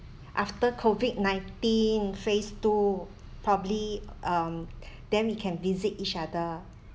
after COVID nineteen phase two probably um then we can visit each other